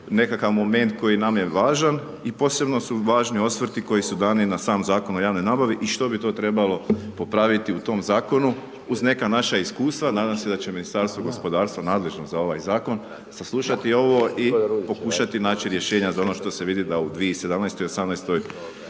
nekakav moment koji nam je važan i posebno su važni osvrti koji su dani na sam Zakon o javnoj nabavi i što bi to trebalo popraviti u tom zakonu uz neka naša iskustva, nadam se da će Ministarstvo gospodarstva nadležno za ovaj zakon saslušati ovo i pokušati naći rješenja za ono što se vidi da u 2017. i 2018.